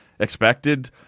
expected